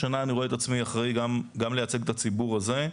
השנה אני רק רואה את עצמי אחראי גם לייצג את הציבור הזה.